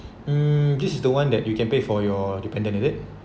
mm this is the one that you can pay for your dependant is it